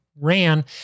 ran